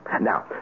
Now